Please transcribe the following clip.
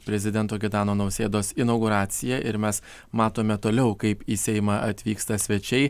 prezidento gitano nausėdos inauguraciją ir mes matome toliau kaip į seimą atvyksta svečiai